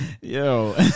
Yo